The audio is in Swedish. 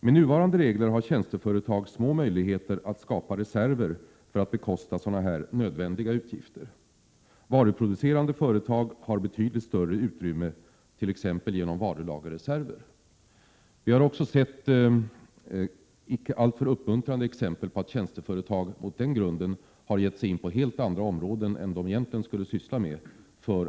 Med nuvarande regler har tjänsteföretag små möjligheter att skapa reserver för att bekosta sådana nödvändiga utgifter. Varuproducerande företag har betydligt större utrymme, t.ex. genom varulagerreserver. Vi har också sett icke alltför uppmuntrande exempel på att tjänsteföretag, just för att kunna göra sådana reserveringar, har gett sig in på helt andra områden än de egentligen skulle syssla med.